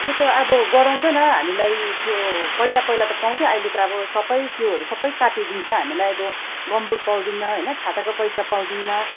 त्यो त अब बढाउँदैन हामीलाई त्यो पहिला पहिला त पाउँथ्यो अहिले त सबै त्योहरू सबै काटिदिन्छ हामीलाई अब गम्बुट पाउँदैनौँ होइन छाताको पैसा पाउँदैनौँ